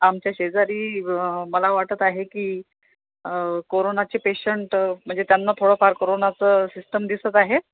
आमच्या शेजारी मला वाटतं आहे की कोरोनाचे पेशंट म्हणजे त्यांना थोडंफार कोरोनाचं सिस्टम दिसत आहे